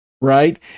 right